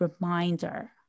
reminder